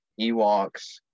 Ewoks